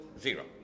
zero